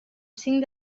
cinc